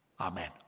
Amen